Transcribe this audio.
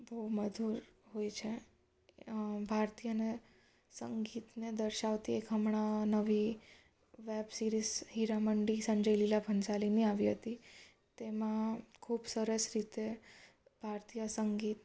બહુ મધુર હોય છે ભારતીયને સંગીતને દર્શાવતી એક હમણાં નવી વેબ સિરીઝ હીરામંડી સંજયલીલા ભણસાલીની આવી હતી તેમાં ખૂબ સરસ રીતે ભારતીય સંગીત